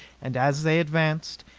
and as they advanced,